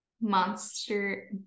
monster